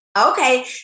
Okay